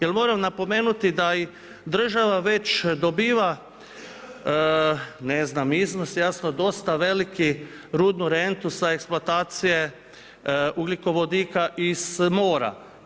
Jer moram napomenuti da i država već dobiva ne znam iznos jasno dosta veliki rudnu rentu sa eksploatacije ugljikovodika iz mora.